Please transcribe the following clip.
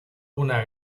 una